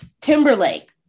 Timberlake